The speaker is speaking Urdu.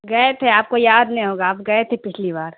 گئے تھے آپ کو یاد نہیں ہوگا آپ گئے تھے پچھلی بار